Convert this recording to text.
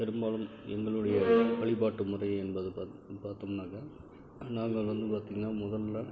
பெரும்பாலும் எங்களுடைய வழிபாட்டுமுறை என்பது பார்த்தோம்ன்னாக்க நாங்கள் வந்து பார்த்திங்கன்னா முதலில்